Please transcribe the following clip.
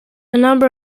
number